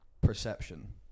perception